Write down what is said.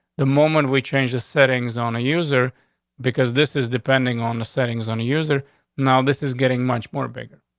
the moment we change the settings on a user because this is depending on the settings on the years are now this is getting much more bigger.